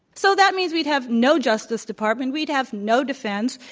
so that means we'd have no justice department. we'd have no defense.